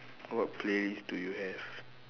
what playlist do you have